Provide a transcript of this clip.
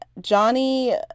Johnny